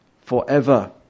forever